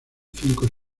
cinco